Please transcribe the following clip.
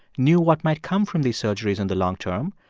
knew what might come from these surgeries in the long term.